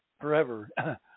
forever